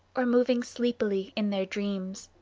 or moving sleepily in their dreams.